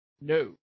No